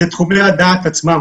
אלה תחומי הדעת עצמם,